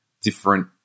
different